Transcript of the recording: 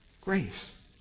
Grace